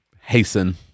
hasten